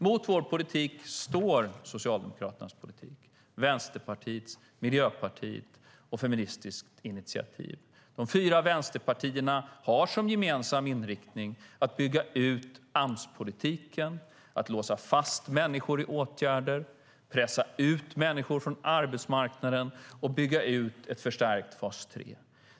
Mot vår politik står Socialdemokraternas, Vänsterpartiets, Miljöpartiets och Feministiskt initiativs politik. De fyra vänsterpartierna har som gemensam inriktning att bygga ut Amspolitiken, att låsa fast människor i åtgärder, att pressa ut människor från arbetsmarknaden och att bygga ut ett förstärkt fas 3.